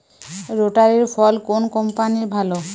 রোটারের ফল কোন কম্পানির ভালো?